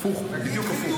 הפוך, בדיוק הפוך.